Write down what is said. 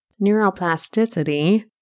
Neuroplasticity